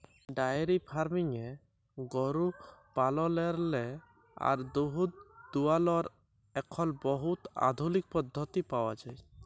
diary ফার্মিংয়ে গরু পাললেরলে আর দুহুদ দুয়ালর এখল বহুত আধুলিক পদ্ধতি পাউয়া যায়